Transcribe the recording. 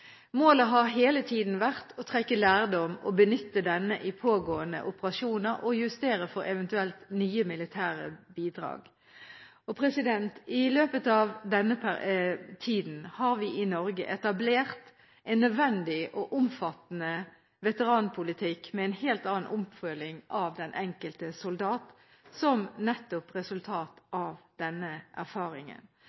Målet har hele tiden vært å trekke lærdom, benytte denne i pågående operasjoner og justere for eventuelle nye militære bidrag. I løpet av denne tiden har vi i Norge etablert en nødvendig og omfattende veteranpolitikk med en helt annen oppfølging av den enkelte soldat, nettopp som et resultat